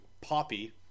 Poppy